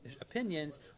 opinions